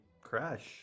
crash